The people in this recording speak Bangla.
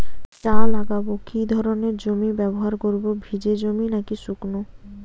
চা লাগাবো কি ধরনের জমি ব্যবহার করব ভিজে জমি নাকি শুকনো?